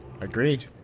Agreed